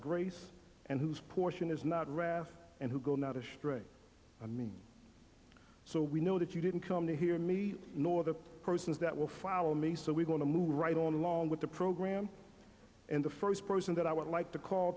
grace and whose portion is not wrath and who go now to show me so we know that you didn't come to hear me nor the persons that will follow me so we're going to move right on along with the program and the first person that i would like to call